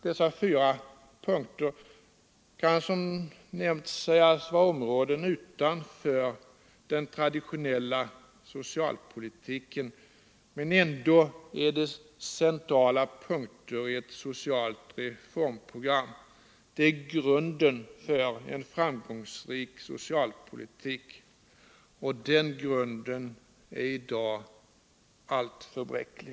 Dessa fyra punkter kan som nämnt sägas vara områden utanför den traditionella socialpolitiken, men ändå är de centrala punkter i ett socialt reformprogram. De är grunden för en framgångsrik socialpolitik, och den grunden är i dag alltför bräcklig.